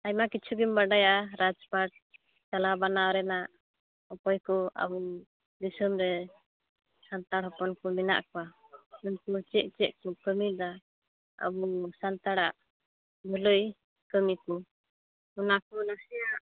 ᱟᱭᱢᱟ ᱠᱤᱪᱷᱩᱜᱮᱢ ᱵᱟᱰᱟᱭᱟ ᱨᱟᱡᱽᱯᱟᱴ ᱪᱟᱞᱟᱣ ᱵᱟᱱᱟᱣ ᱨᱮᱱᱟᱜ ᱚᱠᱚᱭᱠᱚ ᱟᱵᱚ ᱫᱤᱥᱚᱢ ᱨᱮ ᱥᱟᱱᱛᱟᱲ ᱦᱚᱯᱚᱱ ᱠᱚ ᱢᱮᱱᱟᱜ ᱠᱚᱣᱟ ᱩᱱᱠᱩ ᱪᱮᱫ ᱪᱮᱫ ᱠᱚ ᱠᱟᱹᱢᱤᱭᱮᱫᱟ ᱟᱵᱚ ᱥᱟᱱᱛᱟᱲᱟᱜ ᱵᱷᱟᱹᱞᱟᱹᱭ ᱠᱟᱹᱢᱤ ᱠᱚ ᱚᱱᱟᱠᱚ ᱱᱟᱥᱮᱱᱟᱜ